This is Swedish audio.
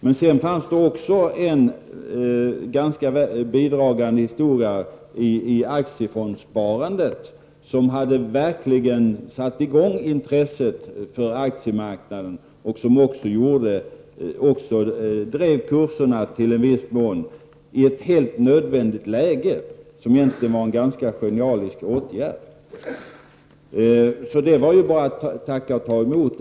Även aktiefondsparandet, som verkligen hade satt i gång intresset för aktiemarknaden och som även i viss mån i ett helt nödvändigt läge drev upp kurserna, var en bidragande orsak. Det var egentligen en ganska genialisk åtgärd. Det var i och för sig bara att tacka och ta emot.